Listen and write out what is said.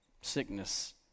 Sickness